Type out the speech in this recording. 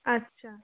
আচ্ছা